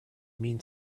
mean